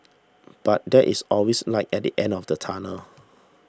but there is always light at the end of the tunnel